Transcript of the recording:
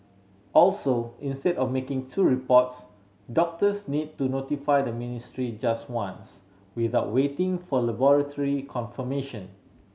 also instead of making two reports doctors need to notify the ministry just once without waiting for laboratory confirmation